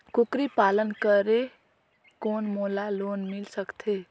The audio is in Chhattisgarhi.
कूकरी पालन करे कौन मोला लोन मिल सकथे?